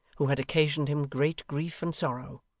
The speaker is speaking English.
who had occasioned him great grief and sorrow.